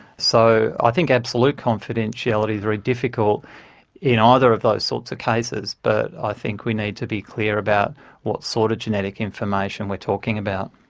so i think absolute confidentiality's very difficult in either of those sorts of cases, but i think we need to be clear about what sort of genetic information we're talking about.